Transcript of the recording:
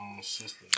sister